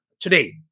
today